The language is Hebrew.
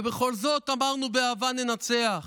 בכל זאת אמרנו "באהבה ננצח".